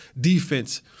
defense